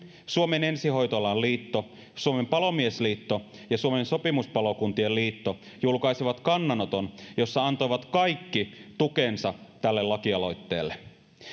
suomen ensihoitoalan liitto suomen palomiesliitto ja suomen sopimuspalokuntien liitto julkaisivat kannanoton jossa he antoivat kaikki tukensa tälle lakialoitteelle